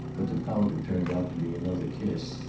but the powder turned out to be another kiss.